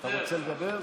אתה רוצה לדבר?